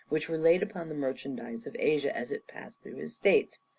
which were laid upon the merchandise of asia as it passed through his states.